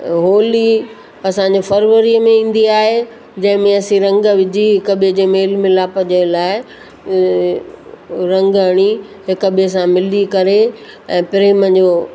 होली असां जो फरवरीअ में ईंदी आहे जंहिंमें असी रंग विझी हिकु ॿिए जे मेल मिलाप जे लाइ रंग हणी हिकु ॿिए सां मिली करे ऐं प्रेम जो